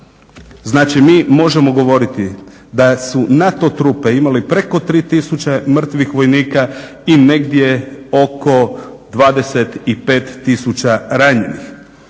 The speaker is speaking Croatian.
Znači mi možemo govoriti da su NATO trupe imali preko 3000 mrtvih vojnika i negdje oko 25000 ranjenih.